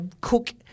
cook